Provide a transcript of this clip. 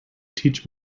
teach